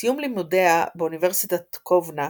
בסיום לימודיה באוניברסיטת קובנה